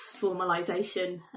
formalisation